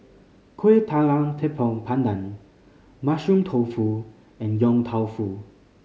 Kueh Talam Tepong Pandan Mushroom Tofu and Yong Tau Foo